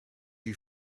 you